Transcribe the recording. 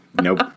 Nope